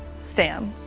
stan.